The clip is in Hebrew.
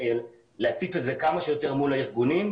אני מתכבדת לפתוח את ישיבת ועדת המדע והטכנולוגיה,